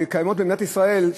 שקיימות במדינת ישראל,